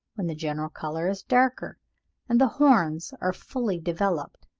when the general colour is darker and the horns are fully developed.